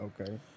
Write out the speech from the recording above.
Okay